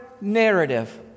narrative